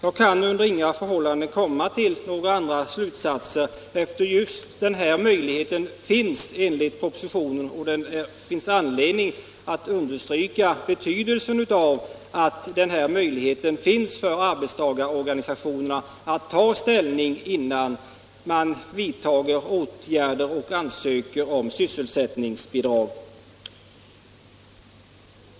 För min del kan jag inte komma fram till någon annan slutsats av propositionen än att arbetstagarorganisationerna har just den här möjligheten att ta ställning innan man ansöker om sysselsättningsbidrag, och det finns anledning att understryka betydelsen av detta.